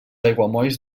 aiguamolls